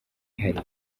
ihari